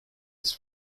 its